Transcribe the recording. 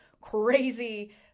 crazy